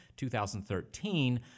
2013